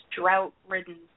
drought-ridden